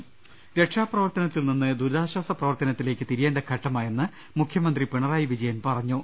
ള്ള്ട്ട്ടറി രക്ഷാപ്രവർത്തനത്തിൽ നിന്ന് ദുരിതാശ്വാസ പ്രവർത്തനത്തിലേക്ക് തിരി യേണ്ട ഘട്ടമായെന്ന് മുഖ്യമന്ത്രി പിണറായി വിജയൻ പറഞ്ഞു